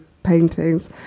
paintings